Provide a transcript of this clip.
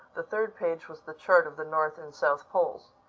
the third page was the chart of the north and south poles.